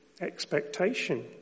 expectation